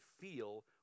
feel